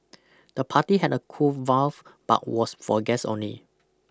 the party had a cool valve but was for guests only